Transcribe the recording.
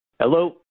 Hello